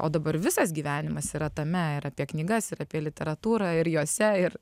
o dabar visas gyvenimas yra tame ir apie knygas ir apie literatūrą ir jose ir